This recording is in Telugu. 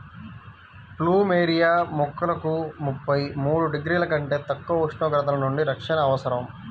ప్లూమెరియా మొక్కలకు ముప్పై మూడు డిగ్రీల కంటే తక్కువ ఉష్ణోగ్రతల నుండి రక్షణ అవసరం